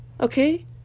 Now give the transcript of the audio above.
Okay